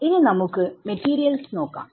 ഇനി നമുക്ക് മെറ്റീരിയൽസ്നോക്കാം